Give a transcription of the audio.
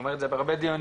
אומר את זה בהרבה דיונים,